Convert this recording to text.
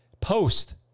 post